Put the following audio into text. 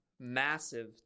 massive